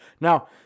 Now